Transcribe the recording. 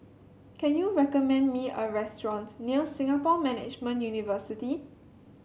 can you recommend me a restaurants near Singapore Management University